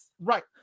Right